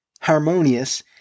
harmonious